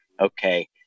okay